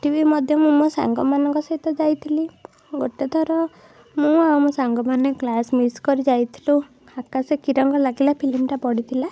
ସେଇଠି ବି ମଧ୍ୟ ମୁଁ ମୋ ସାଙ୍ଗମାନଙ୍କ ସହିତ ଯାଇଥିଲି ଗୋଟେଥର ମୁଁ ଆଉ ମୋ ସାଙ୍ଗମାନେ କ୍ଲାସ୍ ମିସ୍ କରି ଯାଇଥିଲୁ ଆକାଶେ କି ରଙ୍ଗ ଲାଗିଲା ଫିଲ୍ମଟା ପଡ଼ିଥିଲା